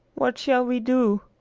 what shall we do?